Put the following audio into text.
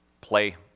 play